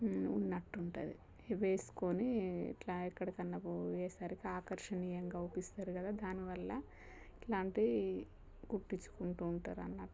ఉన్నట్టుంటుంది ఇవి వేసుకుని ఇలా ఎక్కడికైనా పోయేసరికి ఆకర్షణీయంగా కనిపిస్తారు కదా దాని వల్ల ఇలాంటివి కుట్టించుకుంటూ ఉంటారు అన్నట్టు